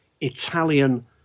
Italian